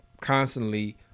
constantly